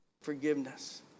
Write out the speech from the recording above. forgiveness